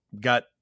got